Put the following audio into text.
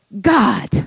God